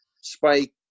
Spike